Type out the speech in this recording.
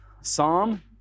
Psalm